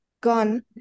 gone